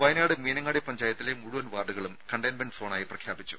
വയനാട് മീനങ്ങാടി പഞ്ചായത്തിലെ മുഴുവൻ വാർഡുകളും കണ്ടെയ്ൻമെന്റ് സോണായി പ്രഖ്യാപിച്ചു